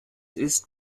ist